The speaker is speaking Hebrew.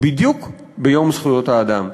בדיוק ביום זכויות האדם.